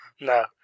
No